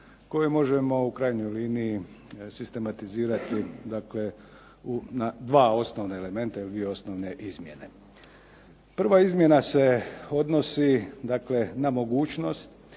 koje možemo u krajnjoj liniji sistematizirati dakle na 2 osnovna elementa ili 2 osnovne izmjene. Prva izmjena se odnosi na novu mogućnost